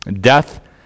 death